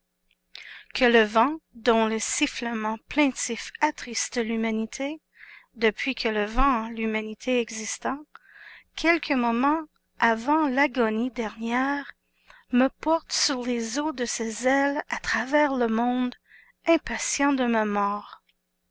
que le vent dont les sifflements plaintifs attristent l'humanité depuis que le vent l'humanité existent quelques moments avant l'agonie dernière me porte sur les os de ses ailes à travers le monde impatient de ma mort